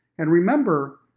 and remember,